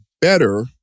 better